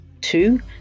two